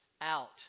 out